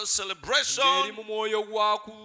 celebration